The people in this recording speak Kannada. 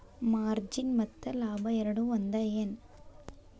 ಮಾರ್ಜಿನ್ ಮತ್ತ ಲಾಭ ಎರಡೂ ಒಂದ ಏನ್